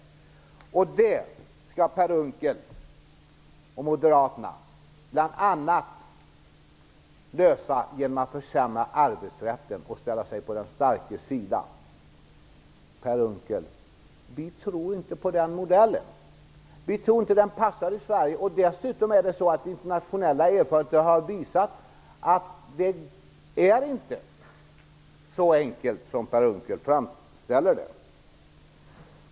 Det skall Per Unckel och moderaterna lösa genom att bl.a. försämra arbetsrätten och ställa sig på den starkes sida. Per Unckel! Vi tror inte på den modellen. Vi tror inte att den passar i Sverige. Dessutom har internationella erfarenheter visat att det inte är så enkelt som Per Unckel framställer det.